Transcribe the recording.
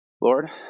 Lord